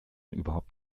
überhaupt